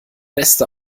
beste